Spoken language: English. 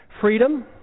Freedom